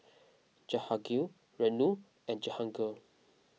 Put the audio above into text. Jahangir Renu and Jehangirr